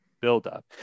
buildup